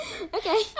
okay